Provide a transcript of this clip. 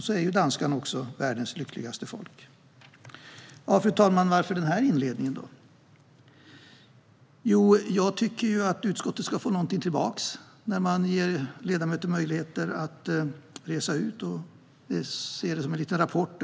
Så är ju danskarna också världens lyckligaste folk. Fru talman! Varför denna inledning? Jo, jag tycker att utskottet ska få någonting tillbaka när man ger ledamöter möjligheter att resa ut. Jag ser detta som en liten rapport.